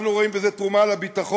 אנחנו רואים בזה תרומה לביטחון,